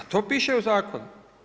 To piše u zakonu.